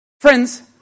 Friends